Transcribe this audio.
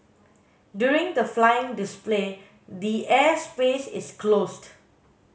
during the flying display the air space is closed